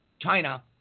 China